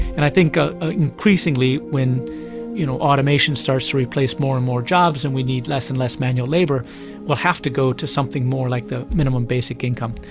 and i think ah ah increasingly when you know automation starts to replace more and more jobs and we need less and less manual labour, we will have to go to something more like the minimum basic income.